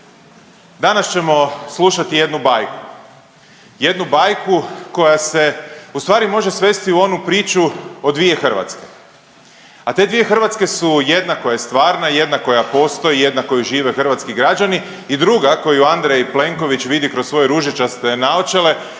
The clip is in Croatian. danas ćemo slušati jednu bajku, jednu bajku koja se ustvari može svesti u onu priču o dvije Hrvatske, a te dvije Hrvatske su jedna koja je stvarna, jedna koja postoji i jedna koju žive hrvatski građani i druga koju Andrej Plenković vidi kroz svoje ružičaste naočale,